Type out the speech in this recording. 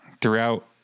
throughout